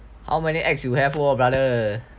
how many ex you have brother